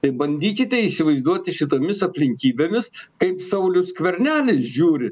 tai bandykite įsivaizduoti šitomis aplinkybėmis kaip saulius skvernelis žiūri